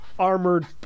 armored